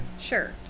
Sure